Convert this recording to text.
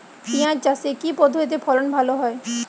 পিঁয়াজ চাষে কি পদ্ধতিতে ফলন ভালো হয়?